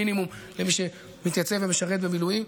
מינימום למי שמתייצב ומשרת במילואים.